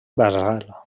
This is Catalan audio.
basal